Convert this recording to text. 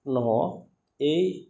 নহওক এই